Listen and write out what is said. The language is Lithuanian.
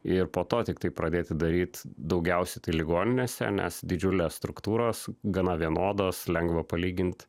ir po to tiktai pradėti daryt daugiausiai tai ligoninėse nes didžiulės struktūros gana vienodos lengva palygint